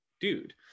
dude